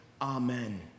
amen